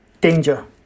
Danger